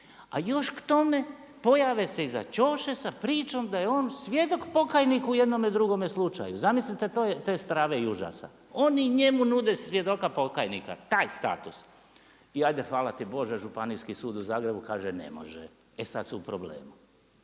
A još k tome pojave se iza ćose sa pričom da je on svjedok pokajnik u jednom i drugome slučaju, zamislite te strave i užasa. Oni njemu nude svjedoka pokajnika, taj status. I ajde hvala ti Bože, Županijski sud u Zagrebu kaže ne može. E sada su u problemu.